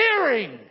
hearing